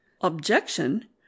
Objection